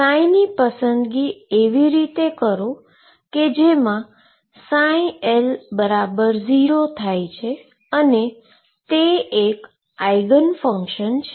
ψ ની પસંદગી એવી રીતે કરો કે જેમા L0 થાય અને તે એક આઈગન ફંક્શન છે